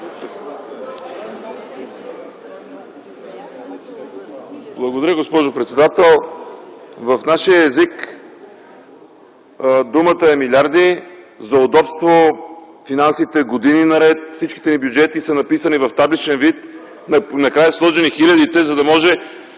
Благодаря, госпожо председател. В нашия език думата е „милиарди”. За удобство години наред всичките ни бюджети са написани в табличен вид и накрая са сложени хилядите, за